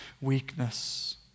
weakness